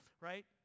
right